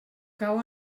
cau